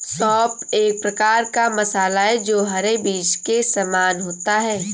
सौंफ एक प्रकार का मसाला है जो हरे बीज के समान होता है